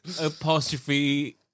apostrophe